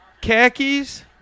Khakis